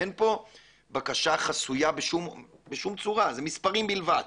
אין פה בקשה חסויה בשום צורה, אלה מספרים בלבד,